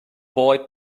boy